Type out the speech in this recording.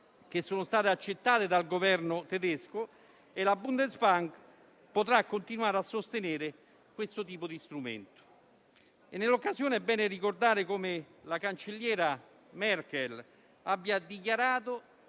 che sono state accettate dal Governo tedesco e la Bundesbank potrà continuare a sostenere questo tipo di strumento. Nell'occasione è bene ricordare come la cancelliera Merkel abbia dichiarato